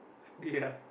ya